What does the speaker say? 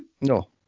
No